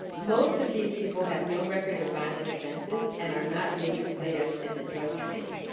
most of these people have no record of violent offenses, and are not major players in the drug trade.